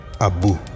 Abu